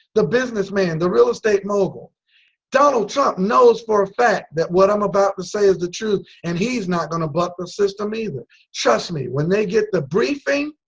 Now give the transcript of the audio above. the business man the real estate mogul donald trump knows for a fact that what i'm about to say is the truth and he's not going to buck the system either trust me when they get the briefing